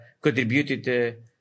contributed